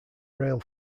rail